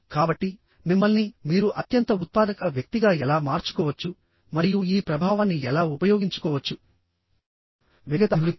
కాబట్టి మిమ్మల్ని మీరు అత్యంత ఉత్పాదక వ్యక్తిగా ఎలా మార్చుకోవచ్చు మరియు ఈ ప్రభావాన్ని ఎలా ఉపయోగించుకోవచ్చు వ్యక్తిగత అభివృద్ధి